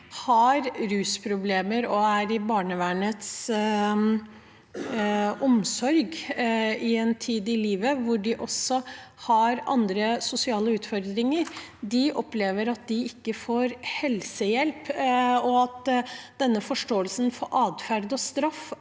har rusproblemer og er i barnevernets omsorg i en tid i livet hvor de også har andre sosiale utfordringer, opplever at de ikke får helsehjelp, og at denne forståelsen av adferd og straff